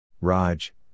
Raj